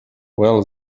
well